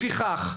לפיכך,